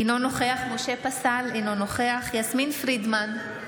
אינו נוכח משה פסל, אינו נוכח יסמין פרידמן,